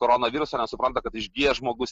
koronaviruso nesupranta kad išgijęs žmogus